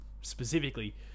specifically